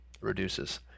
Reduces